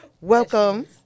Welcome